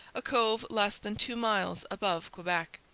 a cove less than two miles above quebec.